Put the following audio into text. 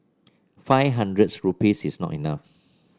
five hundreds rupees is not much